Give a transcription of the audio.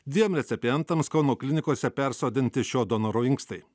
dviem recipientams kauno klinikose persodinti šio donoro inkstai